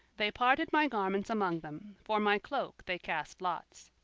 they parted my garments among them. for my cloak they cast lots.